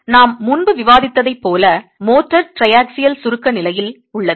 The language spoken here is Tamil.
இப்போது நாம் முன்பு விவாதித்ததைப் போல மோர்டார் ட்ரையாக்ஸியல் சுருக்க நிலையில் உள்ளது